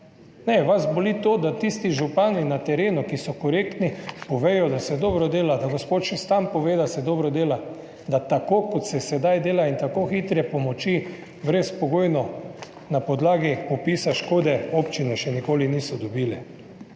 Ne! Vas boli to, da tisti župani na terenu, ki so korektni, povejo, da se dobro dela, da gospod Šestan pove, da se dobro dela, da tako kot se sedaj dela in tako hitre brezpogojne pomoči na podlagi popisa škode občine še nikoli niso dobile.